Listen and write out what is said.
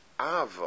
Ava